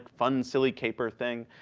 fun, silly caper thing.